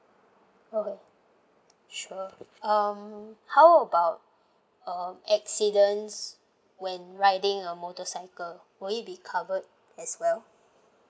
okay sure um how about um accidents when riding a motorcycle will it be covered as well